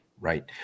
Right